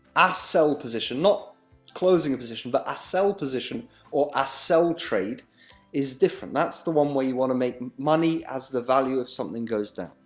a sell position. not closing a position, but a sell position or a sell trade is different. that's the one where you want to make money as the value of something goes down,